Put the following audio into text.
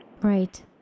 Right